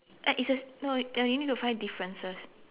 uh it's a no you need to find differences